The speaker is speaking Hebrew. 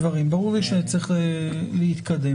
ברור לי שצריך להתקדם,